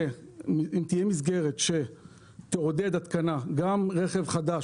תהיה מסגרת שתעודד התקנה ברכב חדש